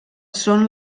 són